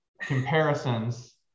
comparisons